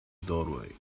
doorway